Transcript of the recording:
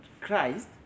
Christ